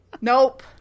Nope